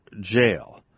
jail